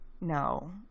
no